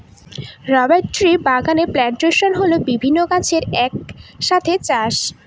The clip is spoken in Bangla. রবার ট্রির বাগান প্লানটেশন হল বিভিন্ন গাছের এক সাথে চাষ